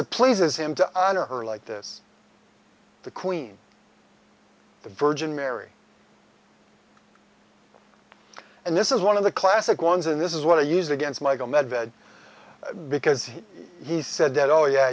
it pleases him to her like this the queen the virgin mary and this is one of the classic ones and this is what i use against michael medved because he said that oh yeah